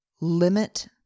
Limit